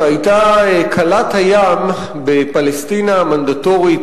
שהיתה כלת הים בפלסטינה המנדטורית,